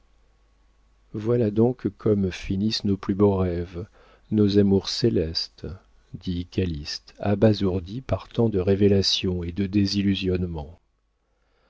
voilà donc comment finissent nos plus beaux rêves nos amours célestes dit calyste abasourdi par tant de révélations et de